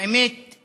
האמת היא